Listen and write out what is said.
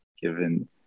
given